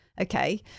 Okay